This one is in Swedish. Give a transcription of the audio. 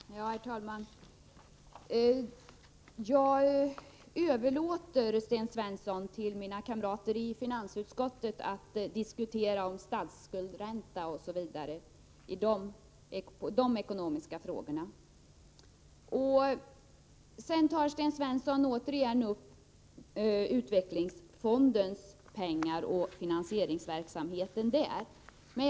Herr talman! Jag överlåter, Sten Svensson, till mina kamrater i finansutskottet att diskutera frågan om statsskuldsräntan och liknande ekonomiska frågor. Sten Svensson tar återigen upp frågan om finansieringsverksamheten inom utvecklingsfonden.